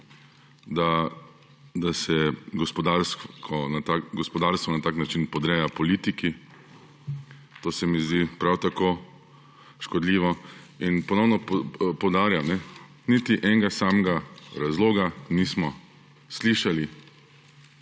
da se gospodarstvo na tak način podreja politiki. To se mi zdi prav tako škodljivo. Ponovno poudarjam, niti enega samega razloga nismo slišali,